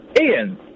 Ian